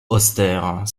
austère